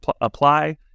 Apply